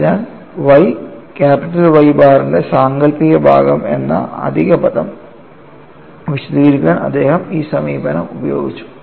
അതിനാൽ y Y ബാറിന്റെ സാങ്കൽപ്പിക ഭാഗം എന്ന അധിക പദം വിശദീകരിക്കാൻ അദ്ദേഹം ഈ സമീപനം ഉപയോഗിച്ചു